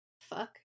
fuck